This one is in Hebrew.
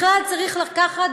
בכלל, צריך לומר: